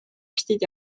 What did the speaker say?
arstid